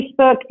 Facebook